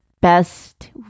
best